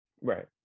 right